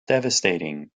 devastating